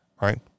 right